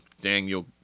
Daniel